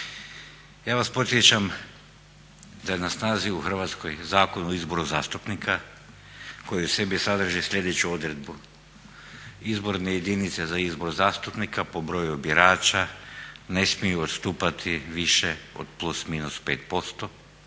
Ja vas podsjećam da je na snazi u Hrvatskoj Zakon o izboru zastupnika koji u sebi sadrži sljedeću odredbu izborne jedinice za izbor zastupnika po broju birača ne smiju odstupati više od plus minus 5%.